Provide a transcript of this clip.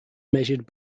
measured